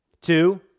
Two